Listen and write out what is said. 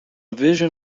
vision